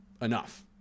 enough